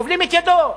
כובלים את ידו.